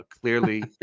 clearly